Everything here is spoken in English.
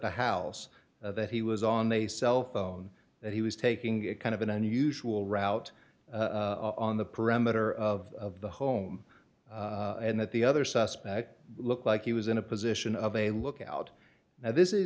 the house that he was on a cell phone that he was taking kind of an unusual route on the perimeter of the home and that the other suspect looked like he was in a position of a lookout now this is